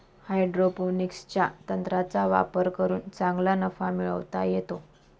हायड्रोपोनिक्सच्या तंत्राचा वापर करून चांगला नफा मिळवता येतो